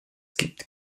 gibt